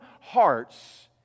hearts